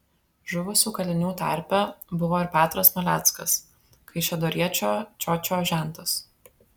žuvusių kalinių tarpe buvo ir petras maleckas kaišiadoriečio čiočio žentas